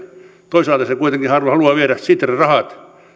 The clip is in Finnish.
toisaalta se kuitenkin haluaa viedä sitran rahat